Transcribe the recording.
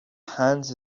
hands